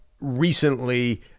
recently